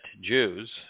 Jews